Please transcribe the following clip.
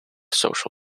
social